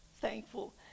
thankful